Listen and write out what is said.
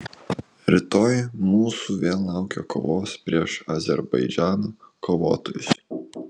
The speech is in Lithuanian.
rytoj mūsų vėl laukia kovos prieš azerbaidžano kovotojus